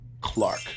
Clark